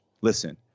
listen